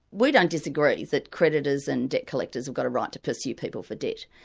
we don't disagree that creditors and debt collectors have got a right to pursue people for debt.